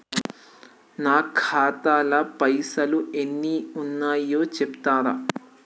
నా ఖాతా లా పైసల్ ఎన్ని ఉన్నాయో చెప్తరా?